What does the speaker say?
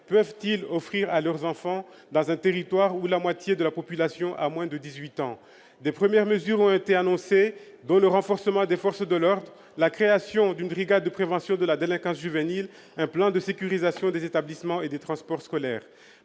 peuvent-ils offrir à leurs enfants sur un territoire où la moitié de la population a moins de dix-huit ans ? Des premières mesures ont été annoncées, dont le renforcement des forces de l'ordre, la création d'une brigade de prévention de la délinquance juvénile et un plan de sécurisation des établissements et des transports scolaires.